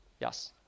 Yes